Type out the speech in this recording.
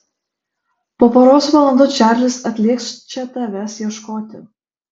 po poros valandų čarlis atlėks čia tavęs ieškoti